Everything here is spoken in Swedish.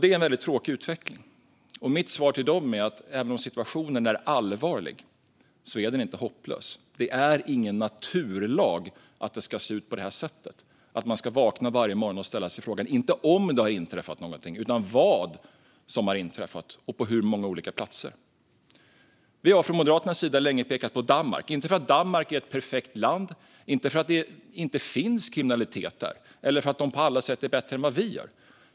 Det är en väldigt tråkig utveckling. Mitt svar till dem är: Även om situationen är allvarlig är den inte hopplös. Det är ingen naturlag att det ska se ut på det här sättet, att man ska vakna varje morgon och ställa sig frågan inte om det har inträffat någonting utan vad som har inträffat och på hur många olika platser. Vi har från Moderaternas sida länge pekat på Danmark, men inte för att Danmark skulle vara ett perfekt land, för att det inte skulle finnas kriminalitet där eller för att de på alla sätt skulle vara bättre än vi.